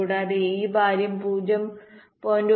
കൂടാതെ ഈ ഭാരം 0